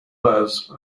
les